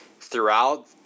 throughout